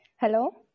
Hello